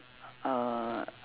err